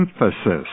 emphasis